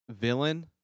villain